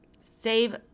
save